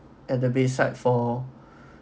at the bedside for